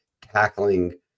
tackling